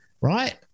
right